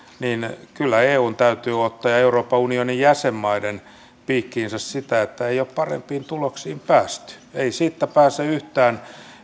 niin kyllä eun ja euroopan unionin jäsenmaiden täytyy ottaa piikkiinsä sitä että ei ole parempiin tuloksiin päästy ei siitä pääse yhtään